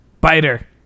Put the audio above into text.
Biter